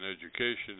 education